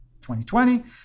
2020